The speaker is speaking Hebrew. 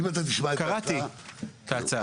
אם אתה תשמע את ההצעה --- קראתי את ההצעה.